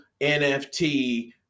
NFT